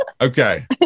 Okay